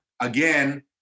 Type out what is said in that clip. again